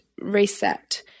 reset